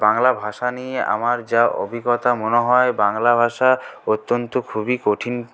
বাংলা ভাষা নিয়ে আমার যা অভিজ্ঞতা মনে হয় বাংলা ভাষা অত্যন্ত খুবই কঠিন